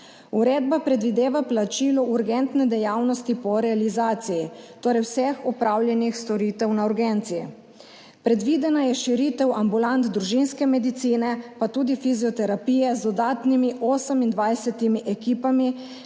Uredba predvideva plačilo urgentne dejavnosti po realizaciji, torej vseh opravljenih storitev na urgenci. Predvidena je širitev ambulant družinske medicine, pa tudi fizioterapije, z dodatnimi 28 ekipami,